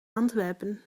antwerpen